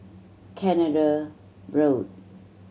Canada Road